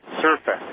surface